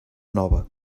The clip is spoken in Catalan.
nova